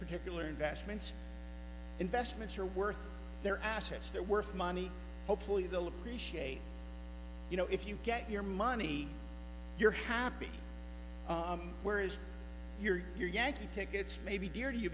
particular investments investments are worth their assets they're worth money hopefully they'll appreciate you know if you get your money you're happy where is your yankee tickets maybe dear to you